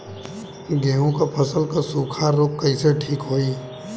गेहूँक फसल क सूखा ऱोग कईसे ठीक होई?